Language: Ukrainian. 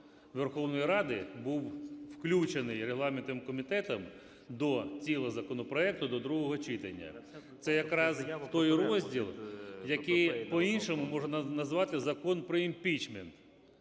Верховної Ради був включений регламентним комітетом до тіла законопроекту до другого читання. Це якраз той розділ, який по-іншому можна назвати закон про імпічмент.